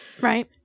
Right